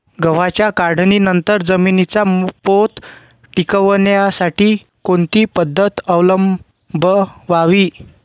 गव्हाच्या काढणीनंतर जमिनीचा पोत टिकवण्यासाठी कोणती पद्धत अवलंबवावी?